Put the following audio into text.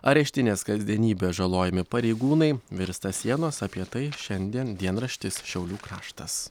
areštinės kasdienybė žalojami pareigūnai virsta sienos apie tai šiandien dienraštis šiaulių kraštas